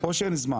או שאין זמן?